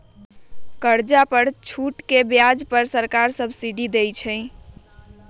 कर्जा पर छूट के ब्याज पर सरकार सब्सिडी देँइ छइ